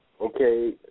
Okay